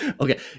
Okay